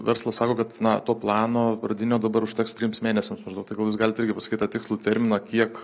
verslas sako kad na to plano pradinio dabar užteks trims mėnesiams maždaug tai gal jūs galit irgi pasakyt tą tikslų terminą kiek